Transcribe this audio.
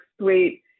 sweet